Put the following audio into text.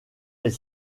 est